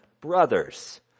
Brothers